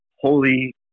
holy